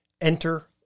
Enter